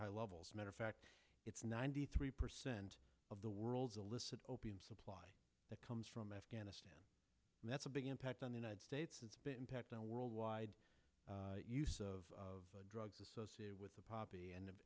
high levels matter fact it's ninety three percent of the world's illicit opium supply that comes from afghanistan and that's a big impact on the united states it's been impacting worldwide use of drugs associated with the poppy and